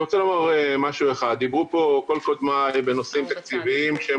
כל קודמיי דיברו בנושאים תקציביים שהם